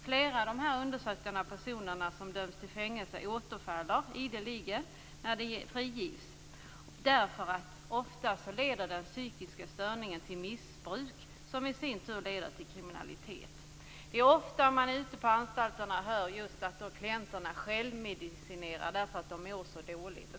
Flera av de undersökta personerna som dömts till fängelse återfaller ideligen när de friges därför att den psykiska störningen ofta leder till missbruk som i sin tur leder till kriminalitet. Det är ofta man ute på anstalterna hör just att klienterna självmedicinerar därför att de mår så dåligt.